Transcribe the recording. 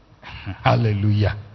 Hallelujah